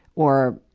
or,